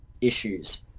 issues